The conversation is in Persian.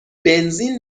بنزین